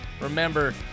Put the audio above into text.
Remember